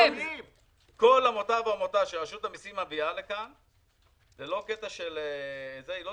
כל עמותה ועמותה שרשות המיסים מביאה לכאן, היא לא